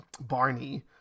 Barney